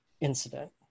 incident